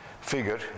figure